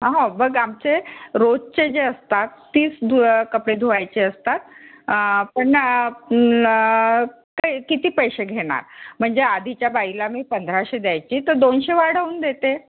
हो बघ आमचे रोज चे जे असतात तीच धु कपडे धुवायचे असतात पण का किती पैसे घेणार म्हणजे आधीच्या बाईला मी पंधराशे द्यायची तर दोनशे वाढवून देते